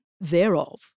thereof